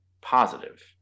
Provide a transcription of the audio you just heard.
positive